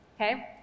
Okay